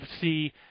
see